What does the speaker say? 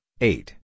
eight